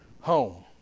home